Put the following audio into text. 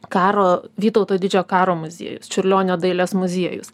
karo vytauto didžiojo karo muziejus čiurlionio dailės muziejus